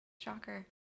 Shocker